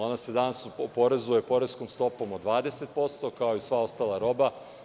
Ona se danas oporezuje poreskom stopom od 20% kao i sva ostala roba.